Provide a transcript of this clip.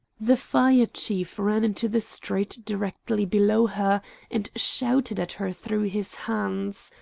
the fire chief ran into the street directly below her and shouted at her through his hands.